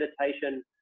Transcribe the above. meditation